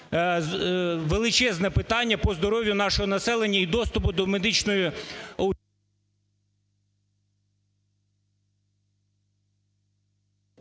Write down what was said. величезне питання по здоров'ю нашого населення і доступу до медичної…